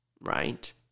right